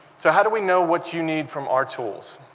so how do we know what you need from our tools?